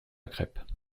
crêpes